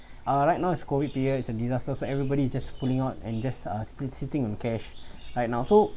uh right now is COVID period is a disaster so everybody just pulling out and just uh sit sitting in cash right now so